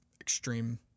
extreme